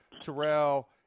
Terrell